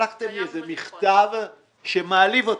שלחתם לי איזה מכתב שמעליב אותי.